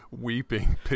weeping